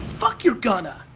fuck you gonna.